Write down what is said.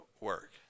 work